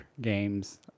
games